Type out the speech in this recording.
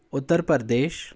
Uttar Pradesh